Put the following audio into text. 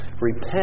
repent